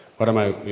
what am i,